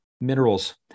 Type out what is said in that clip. minerals